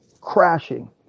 crashing